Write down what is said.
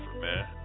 man